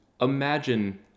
imagine